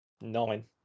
nine